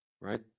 right